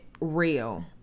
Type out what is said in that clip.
real